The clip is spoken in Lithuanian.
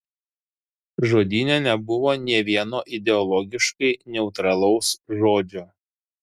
žodyne nebuvo nė vieno ideologiškai neutralaus žodžio